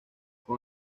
con